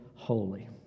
Holy